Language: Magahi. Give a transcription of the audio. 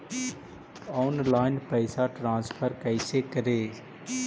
ऑनलाइन पैसा ट्रांसफर कैसे करे?